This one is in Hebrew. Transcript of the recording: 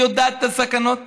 והיא יודעת את הסכנות.